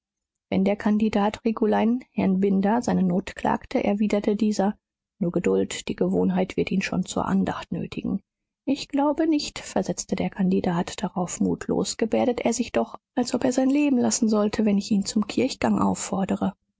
wenn der kandidat regulein herrn binder seine not klagte erwiderte dieser nur geduld die gewohnheit wird ihn schon zur andacht nötigen ich glaube nicht versetzte der kandidat darauf mutlos gebärdet er sich doch als ob er sein leben lassen sollte wenn ich ihn zum kirchgang auffordere